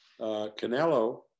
Canelo